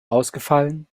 ausgefallen